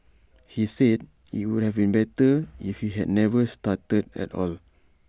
he said IT would have been better if he had never started at all